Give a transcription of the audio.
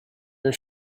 are